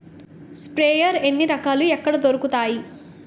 Sprayer ఎన్ని రకాలు? ఎక్కడ దొరుకుతాయి?